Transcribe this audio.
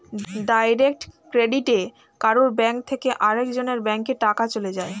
direct ক্রেডিটে কারুর bank থেকে আরেক জনের ব্যাংকে টাকা চলে যায়